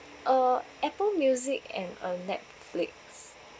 uh Apple music and uh Netflix